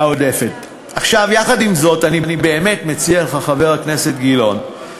אני באמת מציע לך, חבר הכנסת גילאון, היום,